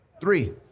three